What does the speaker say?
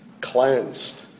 Cleansed